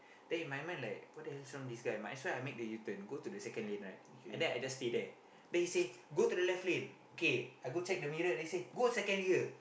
then in my mind like what the hell wrong with this guy might as well I make the U-turn go to the second lane right and then I just stay there and then he say go to the left lane k I go check the middle already say go the second here